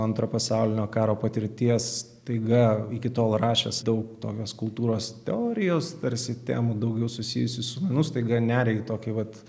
antro pasaulinio karo patirties staiga iki tol rašęs daug tokios kultūros teorijos tarsi temų daugiau susijusių su menu staiga neria į tokį vat